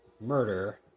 murder